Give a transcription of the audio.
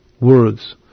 words